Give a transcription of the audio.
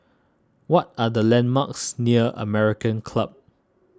what are the landmarks near American Club